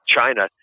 China